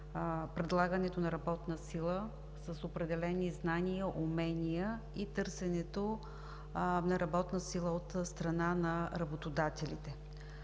предлагането на работна сила с определени знания, умения и търсенето на работна сила от страна на работодателите.